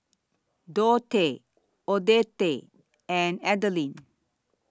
Dottie Odette and Adelyn